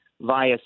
via